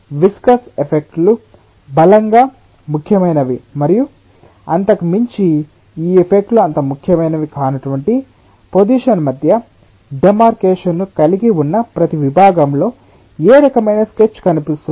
viscous effect లు బలంగా ముఖ్యమైనవి మరియు అంతకు మించి ఈ ఎఫెక్ట్ లు అంత ముఖ్యమైనవి కానటువంటి పోసిషన్ మధ్య డెమార్కెషన్ ను కలిగి ఉన్న ప్రతి విభాగంలో ఏ రకమైన స్కెచ్ కనిపిస్తుంది